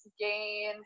gain